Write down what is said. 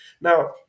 now